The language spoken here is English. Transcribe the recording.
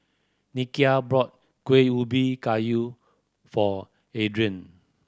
Nikia brought Kueh Ubi Kayu for Adrian